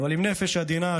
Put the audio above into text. אבל עם נפש עדינה,